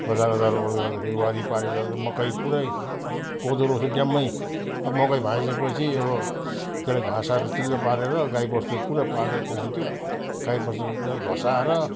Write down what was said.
बजार अजार अलगडादेखि वारिपारि मकै पुरै कोदो रोप्थ्योँ ड्याम्मै अब मकै भाँच्यो पछि अब त्यसलाई घाँस काटेर चिल्लो पारेर गाई वस्तु पुरा पालेको हुन्थ्यौँ गाई वस्तुलाई घसाएर